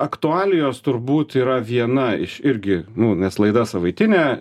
aktualijos turbūt yra viena iš irgi nu nes laida savaitinė